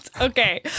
okay